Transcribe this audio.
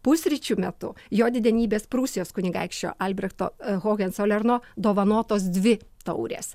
pusryčių metu jo didenybės prūsijos kunigaikščio albrechto hogencolerno dovanotos dvi taurės